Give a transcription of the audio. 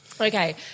Okay